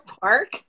Park